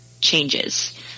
changes